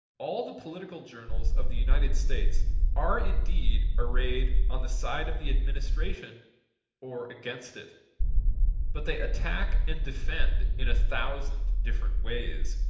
all the political journals of the united states are indeed arrayed on the side of the administration or against it but they attack and defend in a thousand different ways.